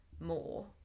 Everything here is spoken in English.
more